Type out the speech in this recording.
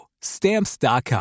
Stamps.com